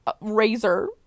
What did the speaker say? razor